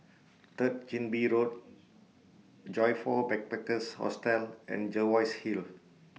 Third Chin Bee Road Joyfor Backpackers' Hostel and Jervois Hill